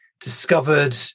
discovered